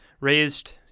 raised